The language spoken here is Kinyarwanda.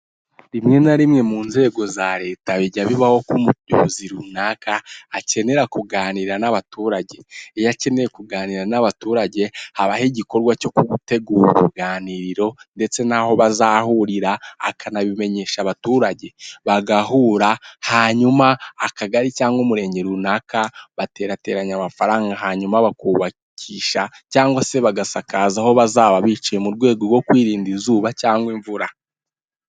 Rimwe na rimwe mu nzego za leta, bijya bibaho ko umuyobozi runaka akenera kuganira n'abaturage, iyo akeneye kuganira n'abaturage habaho igikorwa cyo gutegura uruganiriro ndetse n'aho bazahurira, akanabimenyesha abaturage bagahura, hanyuma akagari cyangwa umurenge runaka baterateranya amafaranga, hanyuma bakubakisha cyangwa se bagasakaza aho bazaba bicaye, mu rwego rwo kwirinda izuba cyangwa imvura.